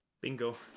Bingo